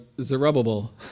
Zerubbabel